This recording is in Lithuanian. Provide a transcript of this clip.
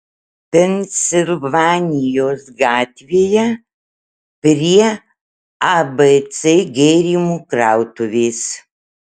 pensilvanijos gatvėje prie abc gėrimų krautuvės